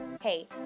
Hey